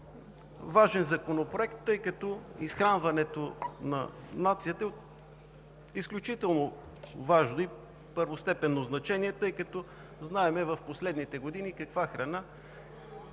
важен Законопроект, тъй като изхранването на нацията е от изключително важно и първостепенно значение, тъй като знаем в последните години каква храна